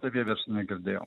vieversio negirdėjau